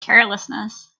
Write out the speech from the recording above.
carelessness